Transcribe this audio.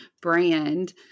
brand